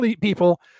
people